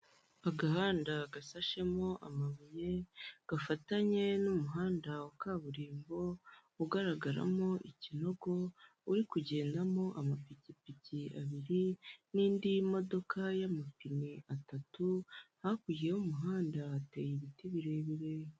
Agahanda gasashemo amabuye, gafatanye n'umuhanda wa kaburimbo ugaragaramo ikinogo, uri kugendamo amapikipiki abiri n'indi modoka y'amapine atatu, hakurya y'umuhanda hateye ibiti birebire.